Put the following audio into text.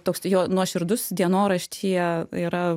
toks jo nuoširdus dienoraštyje yra